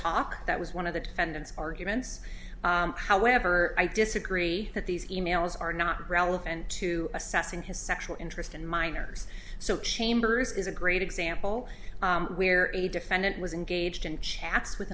talk that was one of the defendants arguments however i disagree that these e mails are not relevant to assessing his sexual interest in minors so chambers is a great example where a defendant was engaged in chats with